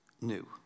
new